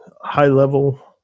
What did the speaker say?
high-level